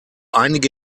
einige